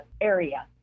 area